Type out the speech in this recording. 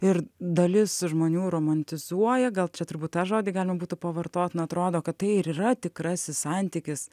ir dalis žmonių romantizuoja gal čia turbūt tą žodį galima būtų pavartot na atrodo kad tai ir yra tikrasis santykis